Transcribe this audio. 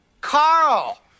Carl